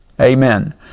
Amen